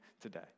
today